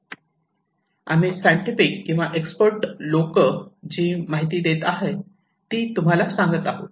आम्ही सायंटिस्ट किंवा एक्सपर्ट लोक जी माहिती देत आहे ती तुम्हाला सांगत आहोत